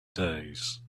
days